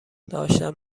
داشتم